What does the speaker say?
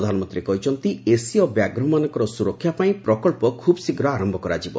ପ୍ରଧାନମନ୍ତ୍ରୀ କହିଛନ୍ତି ଏସୀୟ ବ୍ୟାଘ୍ରମାନଙ୍କର ସୁରକ୍ଷା ପାଇଁ ପ୍ରକଚ୍ଚ ଖୁବ୍ଶୀଘ୍ର ଆରମ୍ଭ କରାଯିବ